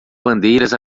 bandeiras